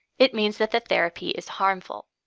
it means the therapy is harmful.